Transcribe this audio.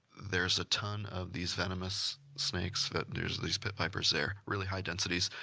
there's a ton of these venomous snakes, that, there's these pit vipers there, really high densities.